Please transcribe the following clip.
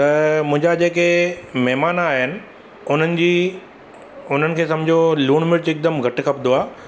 त मुंहिंजा जेके महिमान आयां आहिनि उन्हनि जी उन्हनि खे सम्झो लूणु मिर्च हिकदमु घटि खपंदो आहे